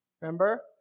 Remember